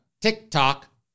TikTok